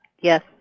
Yes